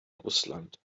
russland